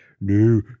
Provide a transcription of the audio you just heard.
No